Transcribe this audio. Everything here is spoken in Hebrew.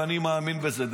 ואני מאמין בזה,